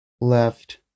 left